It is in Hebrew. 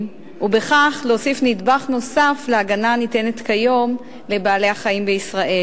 ובכך להוסיף נדבך נוסף להגנה הניתנת כיום לבעלי-החיים בישראל.